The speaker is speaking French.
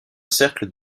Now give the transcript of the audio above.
cercle